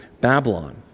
Babylon